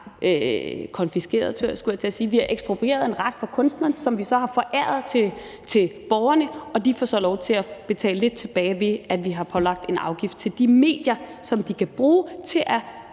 for, at vi har taget en ret; vi har eksproprieret en ret for kunstneren, som vi så har foræret til borgerne, og de får så lov til at betale lidt tilbage, ved at vi har pålagt en afgift på de medier, som de kan bruge til at